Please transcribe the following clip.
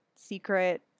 secret